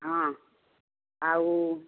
ହଁ ଆଉ